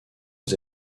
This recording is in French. aux